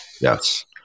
Yes